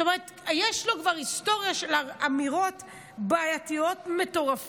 זאת אומרת יש לו כבר היסטוריה של אמירות בעייתיות מטורפות.